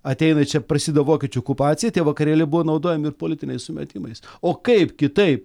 ateina čia prasideda vokiečių okupacija tie vakarėliai buvo naudojami ir politiniais sumetimais o kaip kitaip